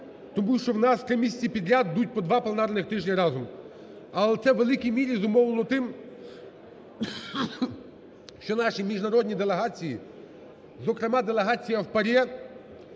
тому що у нас три місяці підряд йдуть по два пленарний тижні разом. Але це у великій мірі зумовлено тим, що наші міжнародні делегації, зокрема, делегація в ПАРЄ